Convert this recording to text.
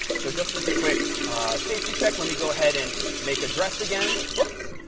so just as a quick safety check, let me go ahead and make address again. whoops.